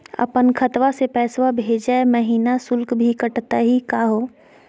अपन खतवा से पैसवा भेजै महिना शुल्क भी कटतही का हो?